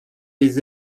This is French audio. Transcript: des